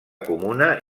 comuna